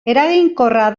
eraginkorra